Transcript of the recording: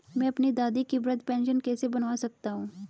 मैं अपनी दादी की वृद्ध पेंशन कैसे बनवा सकता हूँ?